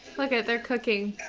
look at it. they're cooking.